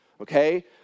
Okay